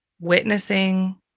witnessing